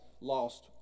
lost